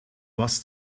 was